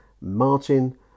Martin